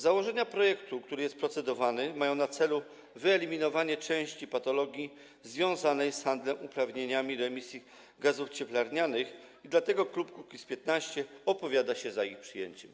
Założenia projektu, który jest procedowany, są takie, że ma on na celu wyeliminowanie części patologii związanej z handlem uprawnieniami do emisji gazów cieplarnianych i dlatego klub Kukiz’15 opowiada się za jego przyjęciem.